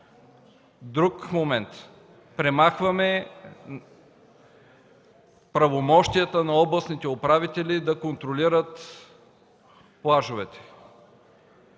Друг момент – премахваме правомощията на областните управители да контролират плажовете.